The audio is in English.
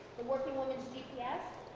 the working woman's gps,